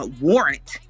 warrant